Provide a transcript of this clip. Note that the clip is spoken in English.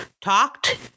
talked